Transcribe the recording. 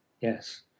Yes